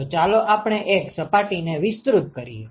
તો ચાલો આપણે એક સપાટી ને વિસ્તૃત કરીએ